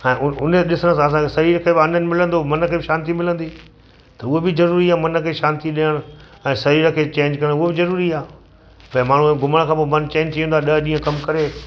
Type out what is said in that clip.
हा उ उन ॾिसण सां असांखे शरीर खे बि आनंदु मिलंदो मन खे बि शांती मिलंदी त उहो बि ज़रूरी आहे मन खे शांती ॾियण ऐं शरीर खे चेंज करणु उहो बि ज़रूरी आहे भई माण्हू उहो घुमण खां पोइ मनु चेंज थी वेंदो आहे ॾह ॾींहं कमु करे